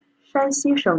山西省